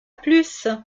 plus